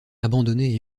abandonnée